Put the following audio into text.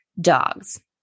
dogs